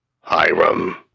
Hiram